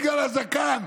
בגלל הזקן,